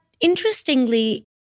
interestingly